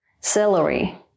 celery